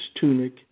tunic